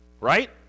Right